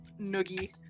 noogie